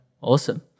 Awesome